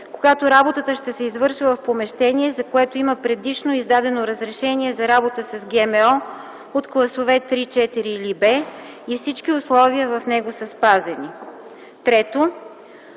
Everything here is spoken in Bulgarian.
когато работата ще се извършва в помещение, за което има предишно издадено разрешение за работа с ГМО от класове 3, 4 или Б и всички условия в него са спазени; 3.